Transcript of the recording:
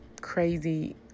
crazy